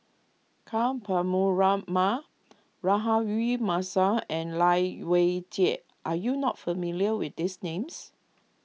Ka Rahayu Mahzam and Lai Weijie are you not familiar with these names